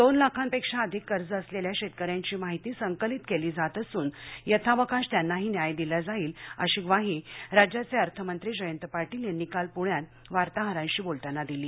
दोन लाखांपेक्षा अधिक कर्ज असलेल्या शेतकऱ्यांची माहिती संकलित केली जात असुन यथावकाश त्यांनाही न्याय दिला जाईल अशी ग्वाही राज्याचे अर्थमंत्री जयंत पाटील यांनी काल पूण्यात वार्ताहरांशी बोलताना दिली